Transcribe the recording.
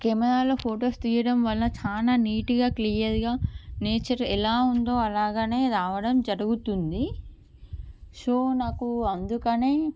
కెమెరాలో ఫొటోస్ తీయడం వల్ల చాలా నీట్గా క్లియర్గా నేచర్ ఎలా ఉందో అలాగనే రావడం జరుగుతుంది సో నాకు అందుకనే